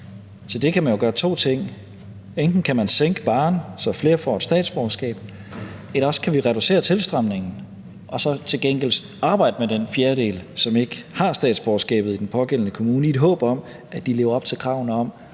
for det kan man jo gøre to ting: Enten kan man sænke barren, så flere får et statsborgerskab; eller også kan vi reducere tilstrømningen og så til gengæld arbejde med den fjerdedel, som ikke har statsborgerskab i den pågældende kommune, i et håb om, at de lever op til kravene om